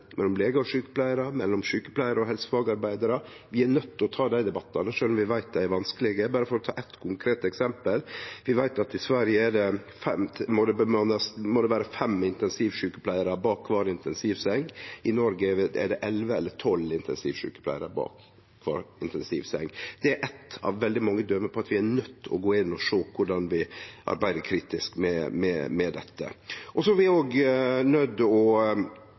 sjukepleiarar, mellom sjukepleiarar og helsefagarbeidarar. Vi er nøydde til å ta dei debattane, sjølv om vi veit at dei er vanskelege. Berre for å ta eitt konkret eksempel: Vi veit at i Sverige må det vere fem intensivsjukepleiarar bak kvar intensivseng. I Noreg er det elleve eller tolv intensivsjukepleiarar bak kvar intensivseng. Det er eitt av veldig mange døme på at vi er nøydde til å gå inn og sjå kritisk på korleis vi arbeider med dette. Vi er òg nøydde til å jobbe med